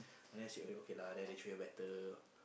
and then she she okay lah and then they treat her better